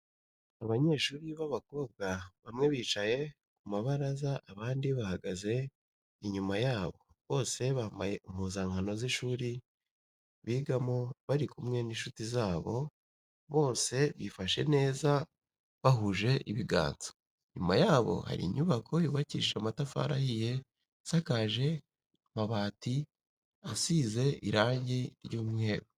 Abanyeshuri b'abakobwa bamwe bicaye ku mabaraza abandi bahagaze inyuma yabo bose bambaye impuzankano z'ishuri bigamo bari kumwe n'inshuti zabo bose bifashe neza bahuje ibiganza ,inyuma yabo hari inyubako yubakishije amatafari ahiye isakaje amabati izize irangi ry'umweru.